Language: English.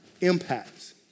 impacts